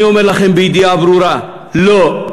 אני אומר לכם בידיעה ברורה: לא.